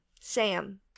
Sam